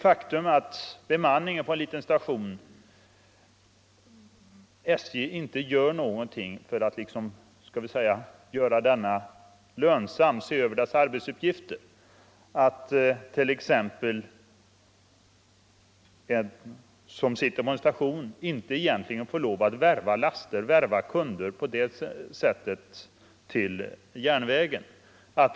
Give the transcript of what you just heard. Faktum är att SJ inte gör någonting för att se över arbetsuppgifterna för bemanningen på de små stationerna. En tjänsteman på en liten station får exempelvis inte värva kunder.